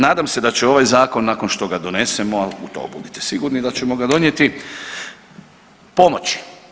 Nadam se da će ovaj Zakon, nakon što ga donesemo, u to budite sigurni da ćemo ga donijeti, pomoći.